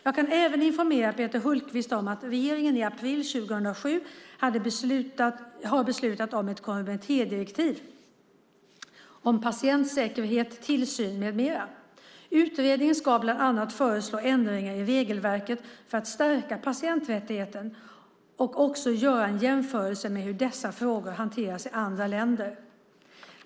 Jag kan även informera Peter Hultqvist om att regeringen i april 2007 har beslutat om kommittédirektiv om patientsäkerhet, tillsyn med mera. Utredaren ska bland annat föreslå ändringar i regelverket för att stärka patientsäkerheten och också göra en jämförelse med hur dessa frågor hanteras i andra länder.